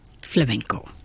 Flamenco